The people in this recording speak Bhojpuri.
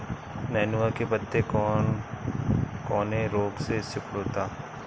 नेनुआ के पत्ते कौने रोग से सिकुड़ता?